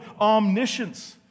omniscience